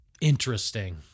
interesting